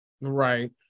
Right